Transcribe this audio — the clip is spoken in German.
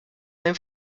einem